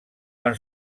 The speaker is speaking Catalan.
van